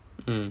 mm